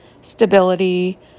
stability